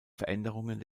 veränderungen